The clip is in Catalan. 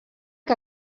que